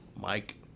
Mike